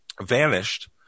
vanished